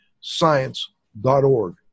science.org